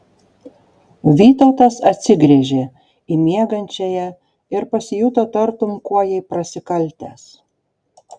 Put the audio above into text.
vytautas atsigręžė į miegančiąją ir pasijuto tartum kuo jai prasikaltęs